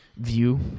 view